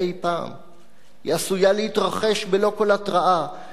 היא עשויה להתרחש בלא כל התראה אם יחלו בירדן